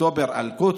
אוקטובר אל-קודס,